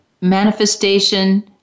manifestation